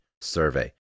survey